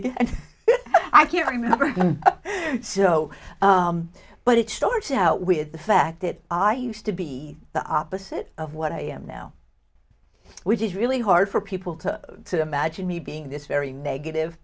and i can't remember so but it starts out with the fact that i used to be the opposite of what i am now which is really hard for people to imagine me being this very negative